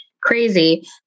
crazy